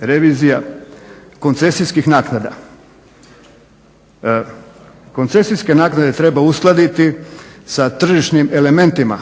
revizija koncesijskih naknada. Koncesijske naknade treba uskladiti sa tržišnim elementima.